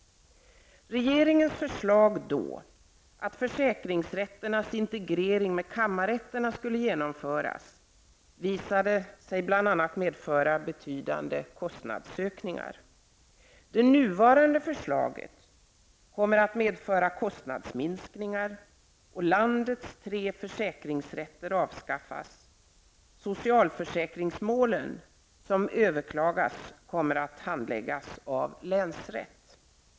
Regeringens förslag då, att försäkringsrätterna skulle integreras med kammarrätterna, visade sig bl.a. medföra betydande kostnadsökningar. Det nuvarande förslaget kommer att medföra kostnadsminskningar. Landets tre försäkringsrätter avskaffas, och socialförsäkringsmål som överklagas kommer att handläggas av länsrätt.